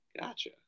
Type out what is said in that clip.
Gotcha